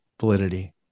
validity